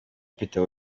peter